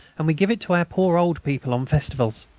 and we give it to our poor old people on festivals.